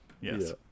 yes